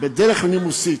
בדרך נימוסית.